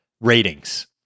ratings